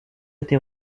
été